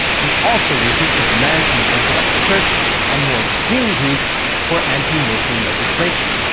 he also resisted demands from the orthodox church and more extreme greeks for anti-muslim legislation.